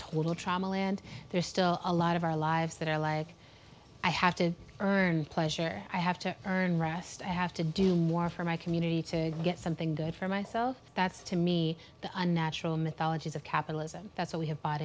total trouble and there's still a lot of our lives that are like i have to earn pleasure i have to earn rest i have to do more for my community to get something good for myself that's to me the natural mythologies of capitalism that's all we have bought